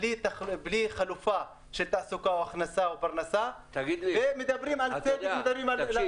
בלי חלופה של תעסוקה או הכנסה או פרנסה ומדברים על צדק.